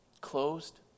Closed